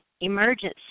emergency